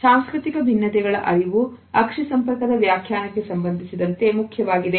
ಆದ್ದರಿಂದ ಸಾಂಸ್ಕೃತಿಕ ಭಿನ್ನತೆಗಳ ಅರಿವು ಅಕ್ಷಿ ಸಂಪರ್ಕದ ವ್ಯಾಖ್ಯಾನಕ್ಕೆ ಸಂಬಂಧಿಸಿದಂತೆ ಮುಖ್ಯವಾಗಿದೆ